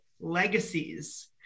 Legacies